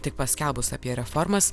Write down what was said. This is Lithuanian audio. tik paskelbus apie reformas